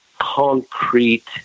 concrete